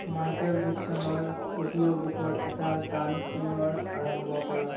Michael জেকছনৰ অডিঅ'বুকৰ এটা গান পুনৰ আৰম্ভ কৰা